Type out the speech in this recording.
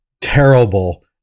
terrible